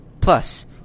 Plus